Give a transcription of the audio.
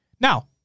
Now